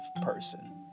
person